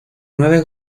nueve